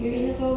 mm